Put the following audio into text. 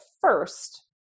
first